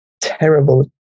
terrible